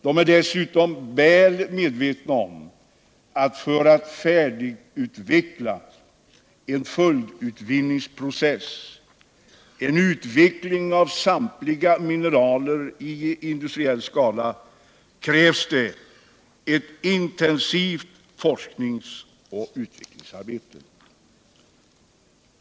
De är dessutom väl medvetna om, att för att färdigutveckla en följdutvinningsprocess — en utveckling av samtliga mineraler i industriell skala — krävs det ett intensivt forsknings och utvecklingsarbete.